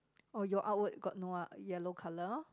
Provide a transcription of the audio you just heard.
oh your outward got no uh yellow colour